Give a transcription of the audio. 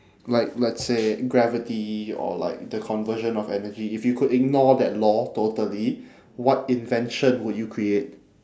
like let's say gravity or like the conversion of energy if you could ignore that law totally what invention would you create